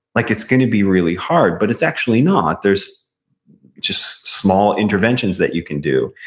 like it's going to be really hard, but it's actually not. there's just small interventions that you can do.